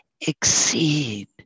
exceed